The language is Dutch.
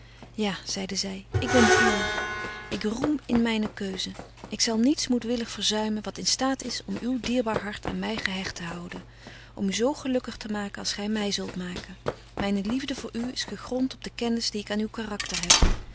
ja zeide zy ik ben de uwe ik roem in myne keuze ik zal niets moedwillig verzuimen wat in staat is om uw dierbaar hart aan my gehecht te houden om u zo gelukkig te maken als gy my zult maken myne liefde voor u is gegront op de kennis die ik aan uw karakter heb